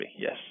yes